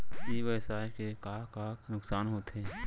ई व्यवसाय के का का नुक़सान होथे?